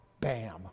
Bam